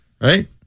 Right